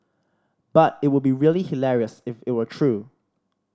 but it would be really hilarious if it were true